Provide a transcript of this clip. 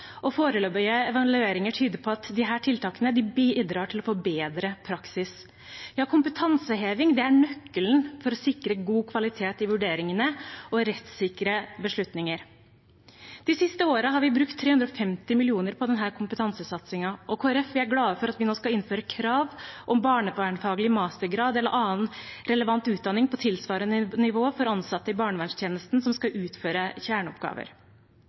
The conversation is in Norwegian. og foreløpige evalueringer tyder på at disse tiltakene bidrar til å forbedre praksis. Kompetanseheving er nøkkelen til å sikre god kvalitet i vurderingene og rettssikre beslutninger. De siste årene har vi brukt 350 mill. kr på denne kompetansesatsingen. Kristelig Folkeparti er glad for at vi nå skal innføre krav om barnevernsfaglig mastergrad eller annen relevant utdanning på tilsvarende nivå for ansatte i barnevernstjenesten som skal utføre kjerneoppgaver.